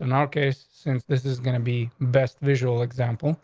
in our case. since this is gonna be best visual example,